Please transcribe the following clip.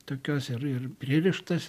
tokios ir ir pririštas